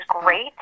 great